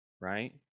Right